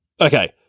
Okay